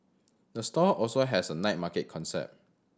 the store also has a night market concept